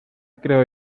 creo